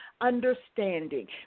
understanding